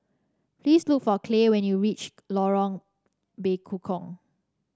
please look for Clay when you reach Lorong Bekukong